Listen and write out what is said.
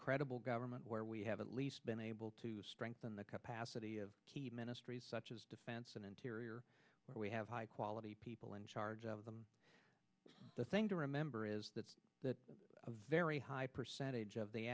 credible government where we have at least been able to strengthen the capacity of the ministries such as defense and interior where we have high quality people in charge of them the thing to remember is that a very high percentage of the